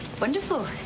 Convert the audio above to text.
Wonderful